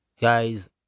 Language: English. guys